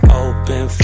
open